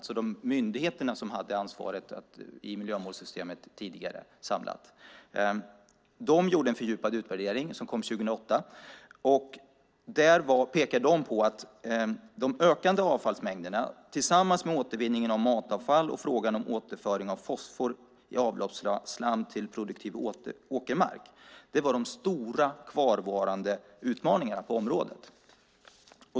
Det är den myndighet som tidigare samlat hade ansvaret i miljömålssystemet. Den gjorde en fördjupad utvärdering som kom 2008. Där pekar de på att de ökade avfallsmängderna tillsammans med återvinningen av matavfall och återföring av fosfor i avfallsslam till produktiv åkermark var de stora kvarvarande utmaningarna på området.